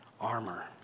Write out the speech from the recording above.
armor